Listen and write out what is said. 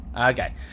Okay